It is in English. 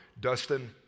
Dustin